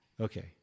okay